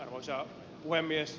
arvoisa puhemies